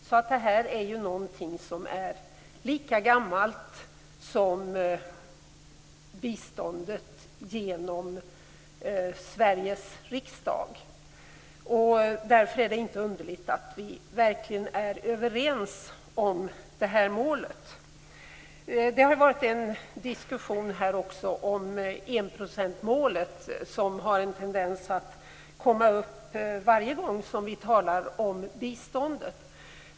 Detta är alltså någonting som är lika gammalt som biståndet. Därför är det inte underligt att vi är överens om målet. Det har här förts en diskussion också om enprocentsmålet. Det är en fråga som har tendens att komma upp varje gång som vi talar om biståndet.